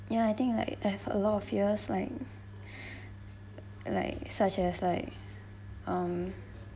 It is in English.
ya I think like I have a lot of fierce like like such as like um